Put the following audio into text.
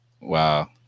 Wow